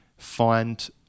find